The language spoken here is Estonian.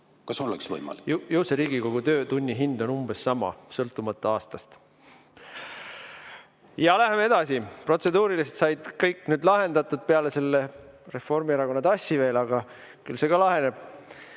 Kas oleks võimalik? Ju see Riigikogu töötunni hind on umbes sama, sõltumata aastast. Läheme edasi. Protseduurilised said kõik nüüd lahendatud peale selle Reformierakonna tassi, aga küll see ka laheneb.